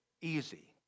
easy